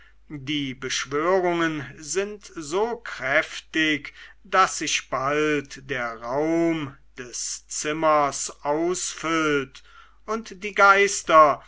die beschwörungen sind so kräftig daß sich bald der raum des zimmers ausfüllt und die geister